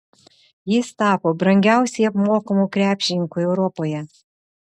jis tapo brangiausiai apmokamu krepšininku europoje